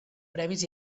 previs